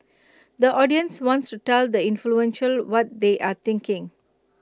the audience wants to tell the influential what they are thinking